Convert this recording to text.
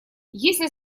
если